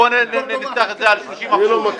בואו נפתח את זה על 30%. סליחה,